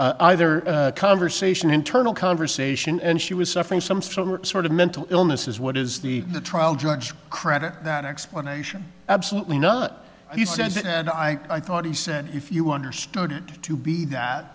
either conversation internal conversation and she was suffering some sort of mental illness is what is the the trial judge credit that explanation absolutely not he said and i thought he said if you understood it to be that